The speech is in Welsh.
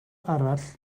arall